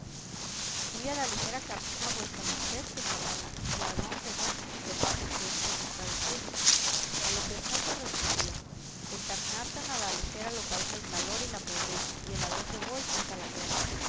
muy a la ligera camina vuesa merced señor galán y adónde bueno sepamos si es que gusta decirlo a lo que el mozo respondió el caminar tan a la ligera lo causa el calor y la pobreza y el adónde voy es a la guerra